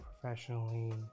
professionally